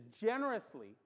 generously